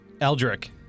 Eldrick